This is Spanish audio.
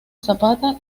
zapata